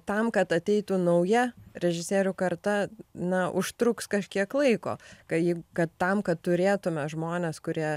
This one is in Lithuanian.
tam kad ateitų nauja režisierių karta na užtruks kažkiek laiko kai kad tam kad turėtume žmones kurie